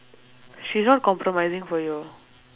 she's not compromising for you